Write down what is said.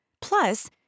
Plus